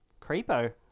Creepo